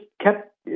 kept